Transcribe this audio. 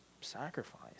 sacrifice